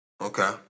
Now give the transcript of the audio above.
Okay